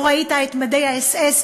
לא ראית את מדי האס.אס.,